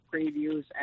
previews